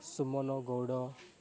Suman Gaud